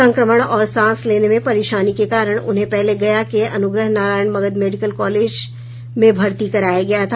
संक्रमण और सांस लेने में परेशानी के कारण उन्हें पहले गया के अनुग्रह नारायण मगध मेडिकल कॉलेज में भर्ती कराया गया था